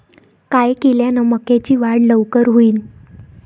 काय केल्यान मक्याची वाढ लवकर होईन?